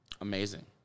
amazing